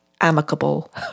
amicable